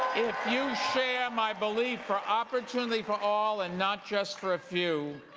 if you share my belief for opportunity for all and not just for a few.